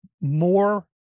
more